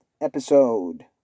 episode